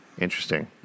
Interesting